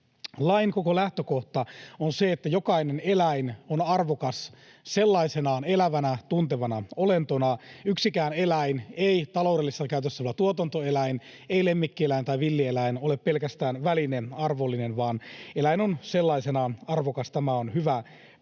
Lain koko lähtökohta on se, että jokainen eläin on arvokas sellaisenaan elävänä, tuntevana olentona. Yksikään eläin, ei taloudellisessa käytössä oleva tuotantoeläin, ei lemmikkieläin tai villieläin, ole pelkästään välinearvollinen, vaan eläin on sellaisenaan arvokas. Tämä on hyvä perusasia.